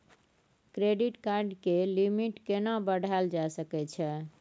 Credit card के limit केना बढायल जा सकै छै?